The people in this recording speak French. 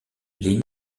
les